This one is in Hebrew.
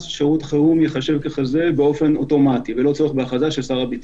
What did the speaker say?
אז שירות חירום ייחשב ככזה באופן אוטומטי ללא צורך בהכרזת שר הביטחון.